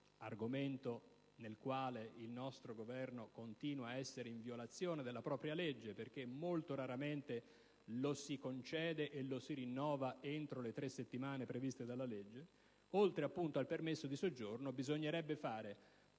argomento sul quale il nostro Governo continua ad essere in violazione della propria legge, perché molto raramente lo si concede e lo si rinnova entro le tre settimane previste dalla legge, bisognerebbe prendere in considerazione la